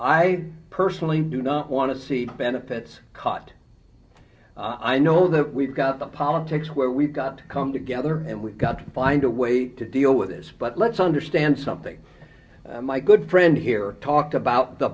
i personally do not want to see benefits cut i know that we've got a politics where we've got to come together and we've got to find a way to deal with this but let's understand something my good friend here talked about the